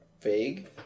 vague